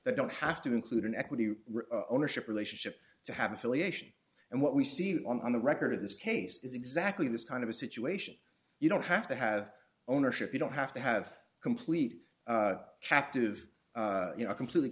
that don't have to include an equity ownership relationship to have affiliation and what we see on the record of this case is exactly this kind of a situation you don't have to have ownership you don't have to have a complete captive you know completely